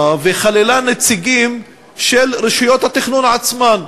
וכללה נציגים של רשויות התכנון עצמן,